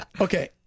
Okay